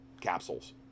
capsules